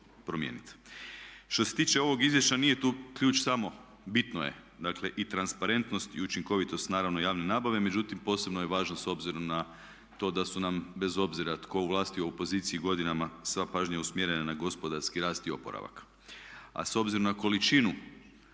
promijeniti. Što se tiče ovog izvješća nije tu ključ samo bitno je, dakle i transparentnost i učinkovitost naravno javne nabave. Međutim, posebno je važno s obzirom na to da su nam bez obzira tko u vlasti u opoziciji godinama sva pažnja usmjerena na gospodarski rast i oporavak. A s obzirom na količinu,